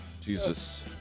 Jesus